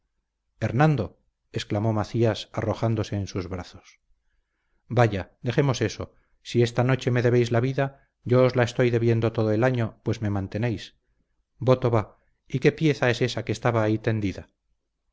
hernando exclamó macías arrojándose en sus brazos vaya dejemos eso si esta noche me debéis la vida yo os la estoy debiendo todo el año pues me mantenéis voto va y qué pieza era ésa que estaba ahí tendida